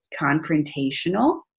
confrontational